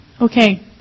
okay